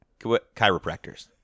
Chiropractors